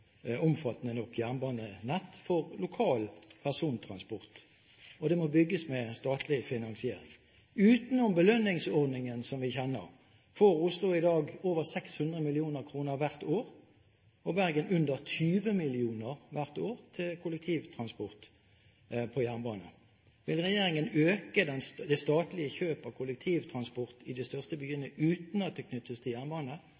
omfattende nok jernbanenett for lokal persontransport, og det må bygges med statlig finansiering. Utenom belønningsordningen, som vi kjenner, får Oslo i dag over 600 mill. kr hvert år og Bergen under 20 mill. kr hvert år til kollektivtransport på jernbane. Vil regjeringen øke det statlige kjøpet av kollektivtransport i de største byene uten at det knyttes til jernbane,